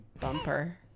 Bumper